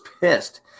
pissed